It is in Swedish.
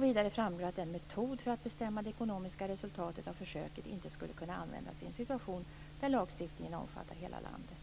Vidare framgår att metoden för att bestämma det ekonomiska resultatet av försöket inte skulle kunna användas i en situation där lagstiftningen omfattar hela landet.